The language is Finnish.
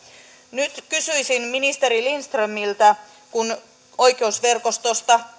nyt kysyisin ministeri lindströmiltä kun oikeusverkostosta